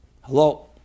Hello